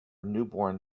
newborn